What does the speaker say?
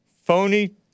phony